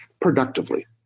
productively